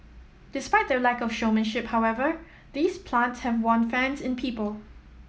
despite their lack of showmanship however these plants have won fans in people